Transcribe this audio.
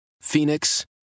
Phoenix